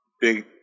big